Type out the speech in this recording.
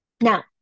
Now